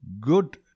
good